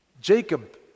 Jacob